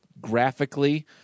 Graphically